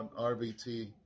RBT